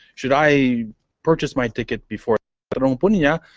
should i purchase my ticket before but um but yeah